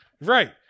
Right